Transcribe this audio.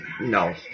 no